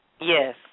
Yes